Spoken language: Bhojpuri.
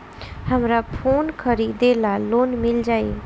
हमरा फोन खरीदे ला लोन मिल जायी?